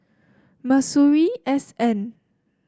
Masuri S N